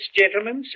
gentlemen